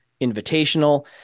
Invitational